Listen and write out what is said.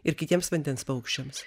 ir kitiems vandens paukščiams